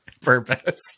purpose